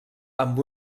amb